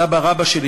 סבא רבא שלי,